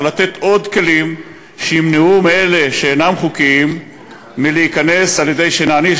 לתת עוד כלים שימנעו מאלה שאינם חוקיים להיכנס על-ידי כך שנעניש